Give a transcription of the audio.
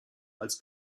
als